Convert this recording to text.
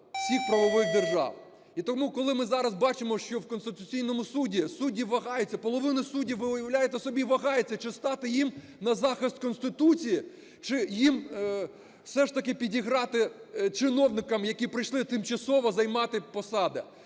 всіх правових держав. І тому коли ми зараз бачимо, що в Конституційному Суді судді вагаються, половина суддів, ви уявляєте собі, вагається чи стати їм на захист Конституції, чи їм все ж таки підіграти чиновникам, які прийшли тимчасово займати посади.